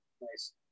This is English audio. Nice